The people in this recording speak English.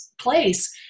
place